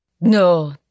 No